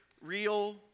Real